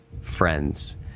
friends